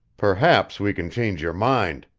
perhaps we can change your mind.